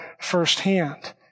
firsthand